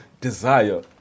desire